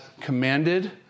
commanded